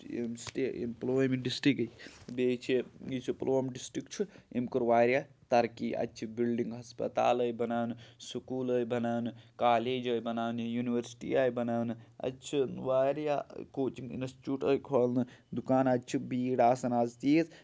ییٚمہِ سۭتۍ ییٚمہِ پُلوٲمہِ ڈِسٹِرٛکٕکۍ بیٚیہِ چھِ یُس یہِ پُلۄوم ڈِسٹرٛک چھُ أمۍ کوٚر واریاہ ترقی اَتہِ چھِ بِلڈِنٛگ ہَسپَتال آے بَناونہٕ سکوٗل آے بَناونہٕ کالج آے بَناونہٕ یوٗنیؤرسٹی آے بَناونہٕ اَتہِ چھُ واریاہ کوچِنٛگ اِنَسچوٗٹ آے کھولنہٕ دُکان اَتہِ چھِ بھیٖڑ آسان آز تیٖژ